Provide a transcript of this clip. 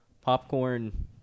popcorn